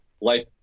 life